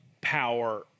power